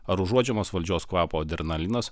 ar užuodžiamos valdžios kvapo adrenalinas